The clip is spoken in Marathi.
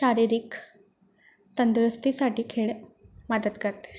शारीरिक तंदुरुस्तीसाठी खेळ मदत करतं